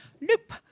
nope